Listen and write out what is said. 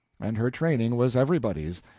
and her training was everybody's.